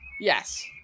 Yes